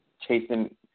chasing